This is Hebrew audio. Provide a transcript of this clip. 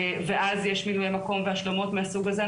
ואז יש מילויי מקום והשלמות מהסוג הזה.